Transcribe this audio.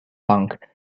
punk